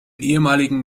ehemaligen